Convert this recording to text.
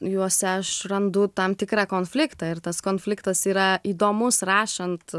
juose aš randu tam tikrą konfliktą ir tas konfliktas yra įdomus rašant